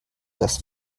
das